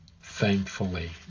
Thankfully